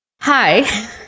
hi